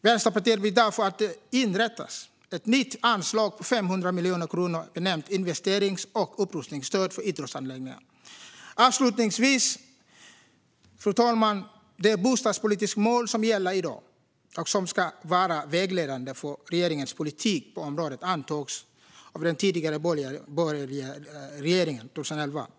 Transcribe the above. Vänsterpartiet vill därför att det inrättas ett nytt anslag på 500 miljoner kronor benämnt investerings och upprustningsstöd för idrottsanläggningar. Fru talman! Avslutningsvis: Det bostadspolitiska mål som gäller i dag, och som ska vara vägledande för regeringens politik på området, antogs av den tidigare borgerliga regeringen 2011.